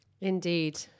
indeed